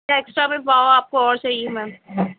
کیا ایکسٹرا بھی پاؤ آپ کو اور چاہیے میم